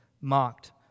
mocked